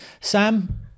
Sam